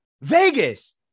Vegas